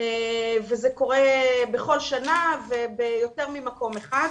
וזה קורה בכל שנה וביותר ממקום אחד.